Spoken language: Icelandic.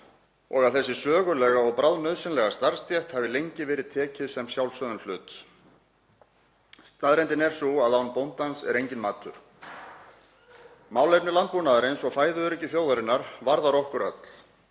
og að þessari sögulegu og bráðnauðsynlegu starfsstétt hafi lengi verið tekið sem sjálfsögðum hlut. Staðreyndin er sú að án bóndans er enginn matur. Málefni landbúnaðarins og fæðuöryggi þjóðarinnar varðar okkur öll.